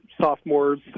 sophomores